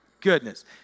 goodness